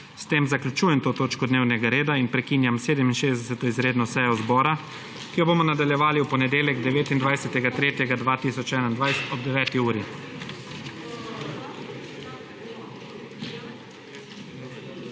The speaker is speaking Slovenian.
S tem zaključujem to točko dnevnega reda. Prekinjam 67. izredno sejo zbora, ki jo bomo nadaljevali v ponedeljek, 29. 3. 2021, ob 9. uri.